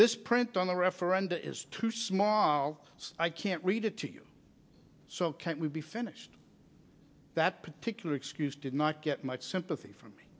this print on the referenda is too small i can't read it to you so we'd be finished that particular excuse did not get much sympathy f